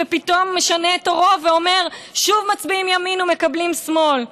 ופתאום משנה את עורו ואומר: שוב מצביעים ימין ומקבלים שמאל.